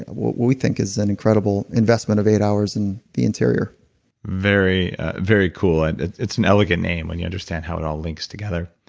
what what we think is an incredible investment of eight hours in the interior very very cool. and it's an elegant name when you understand how it all links together.